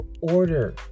order